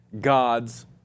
God's